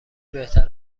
بهتر